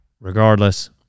Regardless